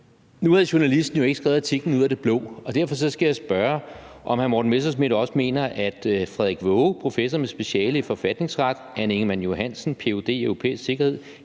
Nu havde journalisten jo ikke skrevet artiklen ud af det blå, og derfor skal jeg spørge, om hr. Morten Messerschmidt mener, at Frederik Waage, professor med speciale i forfatningsret, Anne Ingemann Johansen, ph.d. i europæisk sikkerhed,